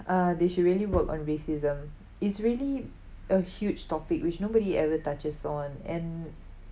uh they should really work on racism it's really a huge topic which nobody ever touches on and